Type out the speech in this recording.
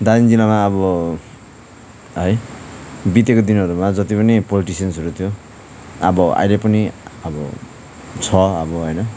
दार्जिलिङ जिल्लामा अब है बितेको दिनहरूमा जति पनि पोलिटिसियन्सहरू थियो अब अहिले पनि अब छ अब होइन